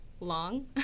long